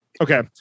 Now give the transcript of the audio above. okay